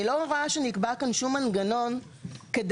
אני לא רואה שנקבע כאן שום מנגנון כדי